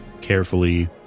carefully